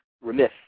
remiss